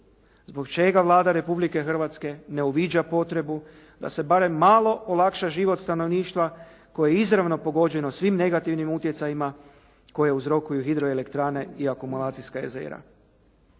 Zbog čega Vlada Republike Hrvatske ne uviđa potrebu da se barem malo olakša život stanovništva koje je izravno pogođeno svim negativnim utjecajima koje uzrokuju hidroelektrane i akumulacijska jezera?